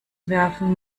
werfen